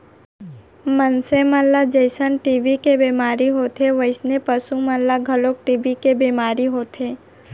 मनसे मन ल जइसन टी.बी के बेमारी होथे वोइसने पसु मन ल घलौ टी.बी के बेमारी होथे